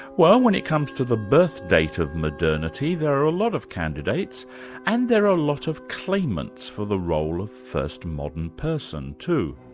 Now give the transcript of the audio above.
well, when it comes to the birth date of modernity, there are a lot of candidates and there are a lot of claimants for the role of first modern person, too.